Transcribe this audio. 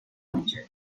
winter